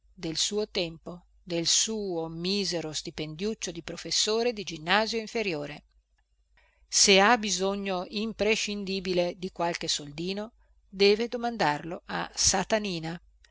del suo tempo del suo misero stipendiuccio di professore di ginnasio inferiore se ha bisogno imprescindibile di qualche soldino deve domandarlo a satanina